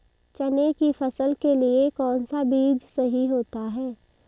चने की फसल के लिए कौनसा बीज सही होता है?